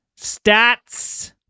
Stats